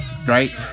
Right